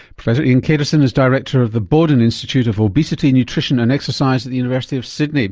professor ian caterson is director of the boden institute of obesity, nutrition and exercise at the university of sydney.